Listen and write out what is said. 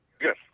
Yes